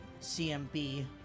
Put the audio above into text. CMB